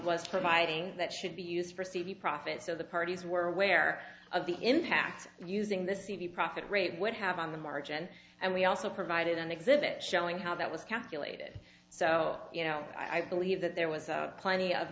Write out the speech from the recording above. was providing that should be used for cd profit so the parties were aware of the impact using the cd profit rate would have on the margin and we also provided an exhibit showing how that was calculated so you know i believe that there was plenty of